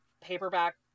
paperback